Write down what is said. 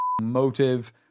motive